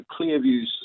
Clearview's